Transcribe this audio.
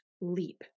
leap